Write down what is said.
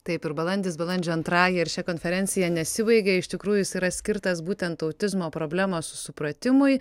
taip ir balandis balandžio antrąja ir šia konferencija nesibaigia iš tikrųjų jis yra skirtas būtent autizmo problemos supratimui